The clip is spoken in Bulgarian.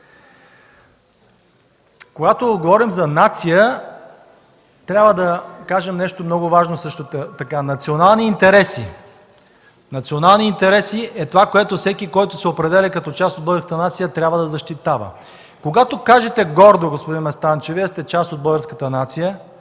Когато говорим за нация, трябва да кажем също така нещо много важно – национални интереси. Национални интереси са това, което всеки, който се определя като част от българската нация, трябва да защитава. Когато кажете гордо, господин Местан, че Вие сте част от българската нация,